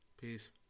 Peace